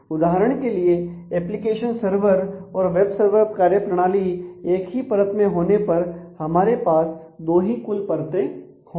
उदाहरण के लिए एप्लीकेशन सर्वर और वेब सर्वर कार्यप्रणाली एक ही परत में होने पर हमारे पास दो ही कुल परते होंगी